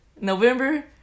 November